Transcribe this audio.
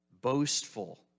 boastful